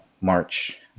March